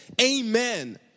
amen